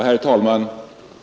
Herr talman!